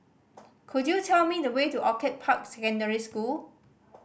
could you tell me the way to Orchid Park Secondary School